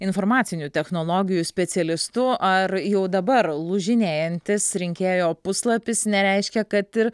informacinių technologijų specialistu ar jau dabar lūžinėjantis rinkėjo puslapis nereiškia kad ir